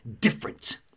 different